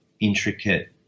intricate